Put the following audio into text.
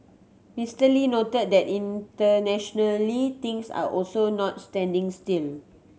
Mister Lee noted that internationally things are also not standing still